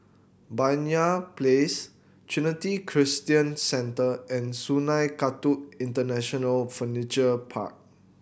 Banyan Place Trinity Christian Centre and Sungei Kadut International Furniture Park